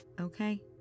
okay